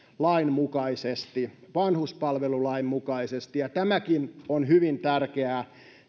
lain mukaisesti vanhuspalvelulain mukaisesti tämäkin on hyvin tärkeää